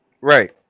right